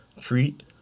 treat